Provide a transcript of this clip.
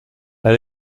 elle